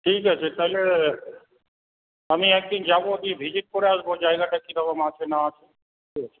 ঠিক আছে তাহলে আমি একদিন যাব গিয়ে ভিজিট করে আসবো জায়গাটা কী রকম আছে না আছে ঠিক আছে